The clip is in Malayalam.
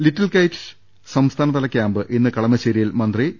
ലിറ്റിൽ കൈറ്റ് സംസ്ഥാനതല ക്യാമ്പ് ഇന്ന് കളമശ്ശേരിയിൽ മന്ത്രി പ്രൊഫ